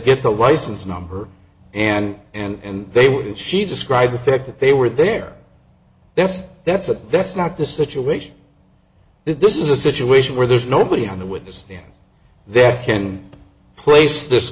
get the license number and and they would she describe the fact that they were there that's that's a that's not the situation that this is a situation where there's nobody on the witness stand there can place this